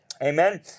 Amen